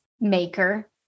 maker